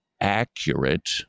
accurate